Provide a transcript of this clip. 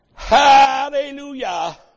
Hallelujah